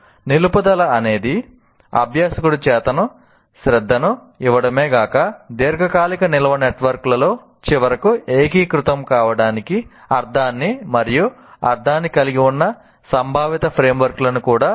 నిలుపుదల అనేది అభ్యాసకుడు చేతన శ్రద్ధను ఇవ్వడమే కాక దీర్ఘకాలిక నిల్వ నెట్వర్క్ లలో చివరకు ఏకీకృతం కావడానికి అర్ధాన్ని మరియు అర్థాన్ని కలిగి ఉన్న సంభావిత ఫ్రేమ్వర్క్ లను కూడా నిర్మించాలి